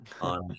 on